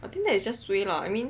I think that is just suay lah I mean